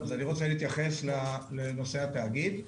אני רוצה להתייחס לנושא התאגיד.